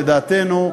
לדעתנו,